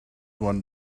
one